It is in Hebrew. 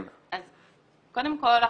קודם כל,